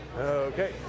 Okay